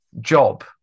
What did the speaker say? job